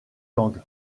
gang